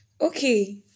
Okay